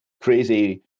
crazy